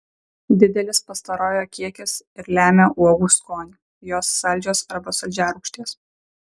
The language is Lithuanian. didelis pastarojo kiekis ir lemia uogų skonį jos saldžios arba saldžiarūgštės